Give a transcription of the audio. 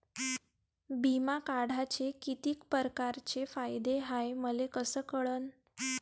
बिमा काढाचे कितीक परकारचे फायदे हाय मले कस कळन?